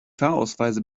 fahrausweise